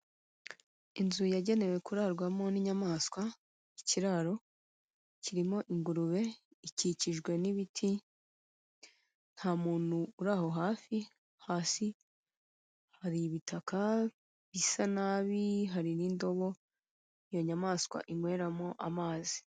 Inzu yagenewe kurarwamo n'inyamaswa, ikiraro kirimo ingurube ikikijwe n'ibiti, nta muntu uri aho hafi, hasi hari ibitaka bisa nabi, hari n'indobo iyo nyamaswa inyweramo amazi.